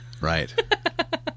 right